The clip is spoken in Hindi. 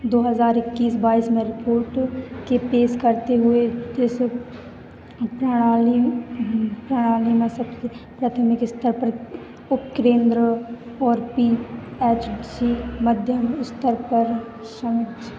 दो हज़ार इक्कीस बाइस में रिपोर्ट के पेश करते हुए ये सब प्रणाली प्रणाली में सब कुछ प्राथमिक स्तर पर उपकेंद्र और बी ऐच जी मध्यम स्तर पर शामिल